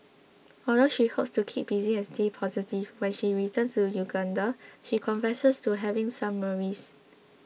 although she hopes to keep busy and stay positive when she returns to Uganda she confesses to having some worries